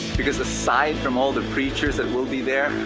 because aside from all the preachers that will be there,